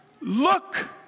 Look